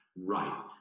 right